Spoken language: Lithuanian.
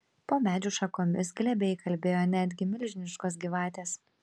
po medžių šakomis glebiai kabėjo netgi milžiniškos gyvatės